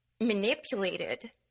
manipulated